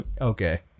okay